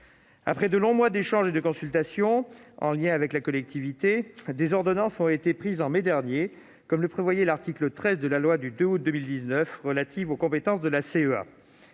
Après de longs mois d'échanges et de consultations, en lien avec la collectivité, des ordonnances ont été prises en mai dernier, comme le prévoyait l'article 13 de la loi du 2 août 2019 relative aux compétences de la CEA.